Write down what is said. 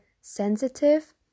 sensitive